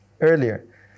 earlier